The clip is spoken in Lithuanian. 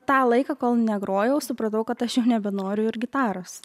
tą laiką kol negrojau supratau kad aš jau nebenoriu ir gitaros